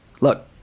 Look